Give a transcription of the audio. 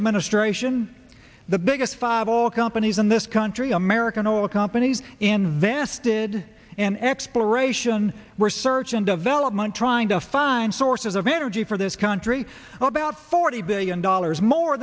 administration the biggest five all companies in this country i know a company's invested in exploration research and development trying to find sources of energy for this country about forty billion dollars more